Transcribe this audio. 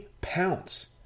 pounce